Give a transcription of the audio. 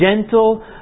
gentle